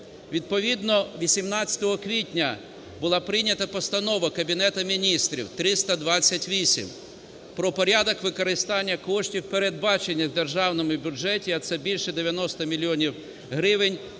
Відповідно 18 квітня була прийнята Постанова Кабінету Міністрів 328 про порядок використання коштів, передбачених в державному бюджеті, а це більше 90 мільйонів